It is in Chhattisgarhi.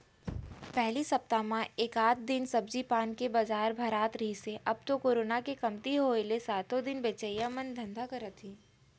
पहिली सप्ता म एकात दिन सब्जी पान के बजार भरात रिहिस हे अब तो करोना के कमती होय ले सातो दिन बेचइया मन धंधा करत हे